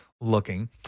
looking